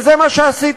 וזה מה שעשיתם: